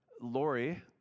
Lori